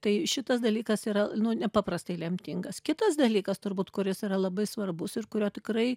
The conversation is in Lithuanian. tai šitas dalykas yra nepaprastai lemtingas kitas dalykas turbūt kuris yra labai svarbus ir kurio tikrai